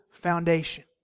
Foundation